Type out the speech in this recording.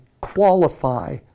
qualify